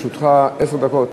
לרשותך עשר דקות.